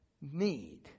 need